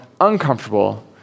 uncomfortable